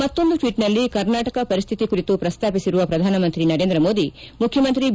ಮತ್ತೊಂದು ಟ್ವೀಟ್ನಲ್ಲಿ ಕರ್ನಾಟಕ ಪರಿಶ್ವಿತಿ ಕುರಿತು ಪ್ರಸ್ತಾಪಿಸಿರುವ ಪ್ರಧಾನಮಂತ್ರಿ ನರೇಂದ್ರ ಮೋದಿ ಮುಖ್ಯಮಂತ್ರಿ ಬಿ